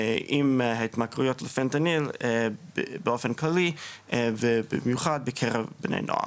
האם התמכרויות לפנטניל באופן כללי ובמיוחד בקרב בני נוער.